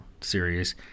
series